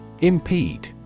Impede